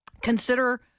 consider